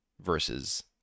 versus